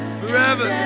forever